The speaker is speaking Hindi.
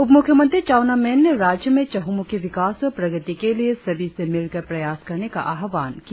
उपमुख्यमंत्री चाउना मेन ने राज्य में चहमुखी विकास और प्रगति के लिए सभी से मिलकर प्रयास करने का आह्वान किया